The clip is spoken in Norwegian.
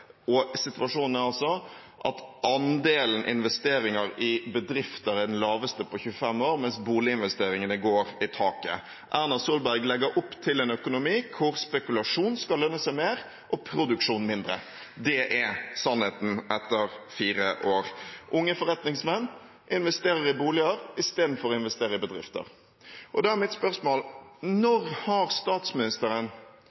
og situasjonen er altså at andelen investeringer i bedrifter er den laveste på 25 år, mens boliginvesteringene går i taket. Erna Solberg legger opp til en økonomi hvor spekulasjon skal lønne seg mer og produksjon mindre. Det er sannheten etter fire år. Unge forretningsmenn investerer i boliger istedenfor å investere i bedrifter. Da er mitt spørsmål: